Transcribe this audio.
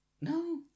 No